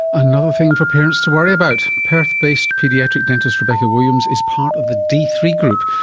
another thing for parents to worry about. perth based paediatric dentist rebecca williams is part of the d three group.